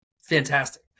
fantastic